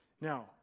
Now